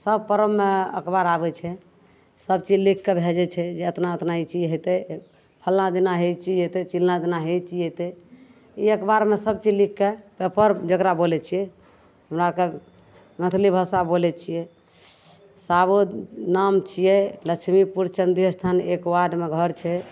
सब परबमे अखबार आबै छै सबचीज लिखिके भेजै छै जे एतना एतना ई चीज हेतै फल्लाँ दिना हे ई चीज हेतै चिल्लाँ दिना हे ई चीज हेतै ई अखबारमे सबचीज लिखिके पेपर जकरा बोलै छिए हमरा आओरके मैथिली भाषा बोलै छिए सावो नाम छिए लछमीपुर चण्डी अस्थान एक वार्डमे घर छै